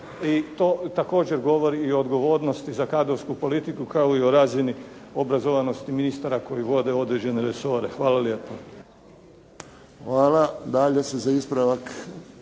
i to također govori i o odgovornosti za kadrovsku politiku kao i o razini obrazovanosti ministara koji vode određene resore. **Friščić, Josip (HSS)** Hvala. Dalje se za ispravak